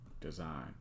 design